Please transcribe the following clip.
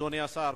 אדוני השר,